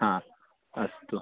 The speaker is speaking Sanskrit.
अस्तु